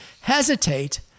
hesitate